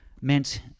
meant